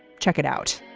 check it out.